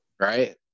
right